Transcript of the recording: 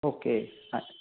okay हा